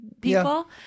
people